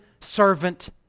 servant